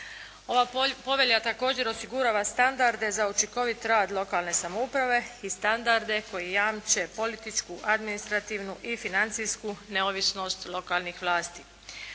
Ova povelja također osigurava standarde za učinkovit rad lokalne samouprave i standarde koji jamče političku, administrativnu i financijsku neovisnost lokalnih vlasti.